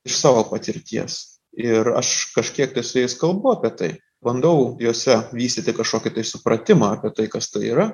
iš savo patirties ir aš kažkiek tai su jais kalbu apie tai bandau juose vystyti kažkokį supratimą apie tai kas tai yra